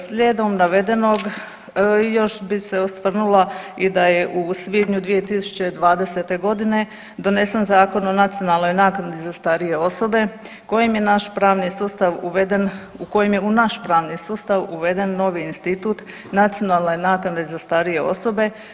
Slijedom navedenog, još bi se osvrnula i da je u svibnju 2020. g. donesen Zakon o nacionalnoj naknadi za starije osobe kojim je naš pravni sustav uveden, u kojem je u naš pravni sustav uveden novi institut nacionalne naknade za starije osobe.